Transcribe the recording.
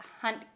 Hunt